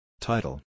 Title